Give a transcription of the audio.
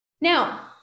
Now